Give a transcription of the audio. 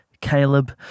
Caleb